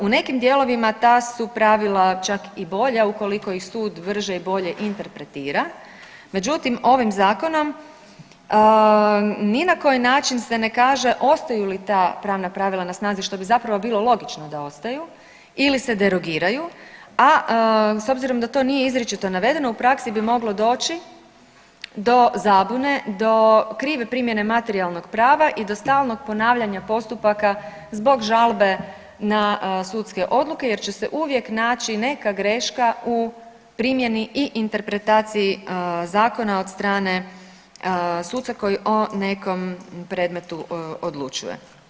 U nekim dijelovima ta su pravila čak i bolja ukoliko ih sud brže i bolje interpretira međutim, ovim zakonom ni na koji način se ne kaže ostaju li ta pravna pravila na snazi što bi zapravo bilo logično da ostaju ili se derogiraju, a s obzirom da to nije izričito navedeno u praksi bi moglo doći do zabune, do krive primjene materijalnog prava i do stalnog ponavljanja postupaka zbog žalbe na sudske odluke jer će se uvijek naći neka greška u primjeni i interpretaciji zakona od strane suca o nekom predmetu odlučuje.